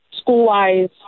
school-wise